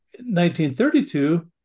1932